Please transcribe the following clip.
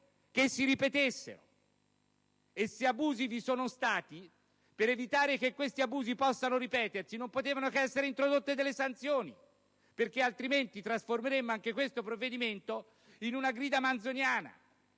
che si ripetessero; inoltre, se abusi vi sono stati, per evitare che potessero ripetersi, non potevano che essere introdotte delle sanzioni, perché altrimenti avremmo trasformato anche questo provvedimento in una grida manzoniana.